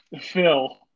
Phil